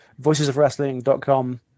VoicesOfWrestling.com